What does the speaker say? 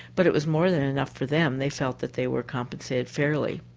but it was more than enough for them, they felt that they were compensated fairly.